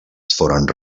foren